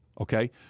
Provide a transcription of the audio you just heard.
okay